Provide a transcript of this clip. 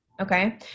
Okay